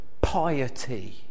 piety